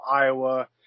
Iowa